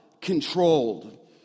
controlled